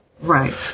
right